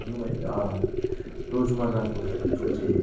रोजमर्राको जुन चाहिँ